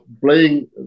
playing